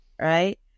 right